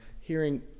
hearing